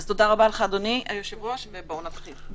אז תודה רבה לך, אדוני היושב-ראש, ובואו נתחיל.